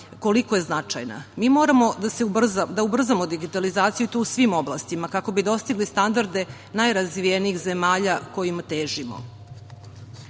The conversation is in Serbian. koliko je značajna. Mi moramo da ubrzamo digitalizaciju, i to u svim oblastima kako bi dostigli standarde najrazvijenijih zemalja kojima